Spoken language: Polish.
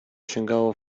sięgało